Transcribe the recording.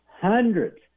hundreds